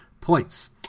points